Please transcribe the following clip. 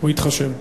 הוא יתחשב.